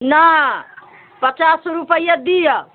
नहि पचास रुपैयए दिअ